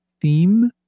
theme